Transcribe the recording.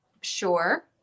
sure